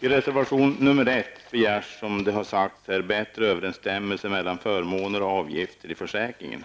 I reservation 1 begärs en bättre överensstämmelse mellan förmåner och avgifter i försäkringen.